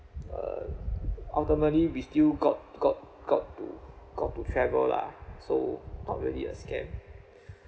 uh ultimately we still got got got to got to travel lah so not really a scam